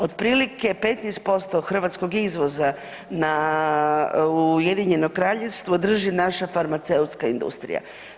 Otprilike 15% hrvatskog izvoza u UK drži naša farmaceutska industrija.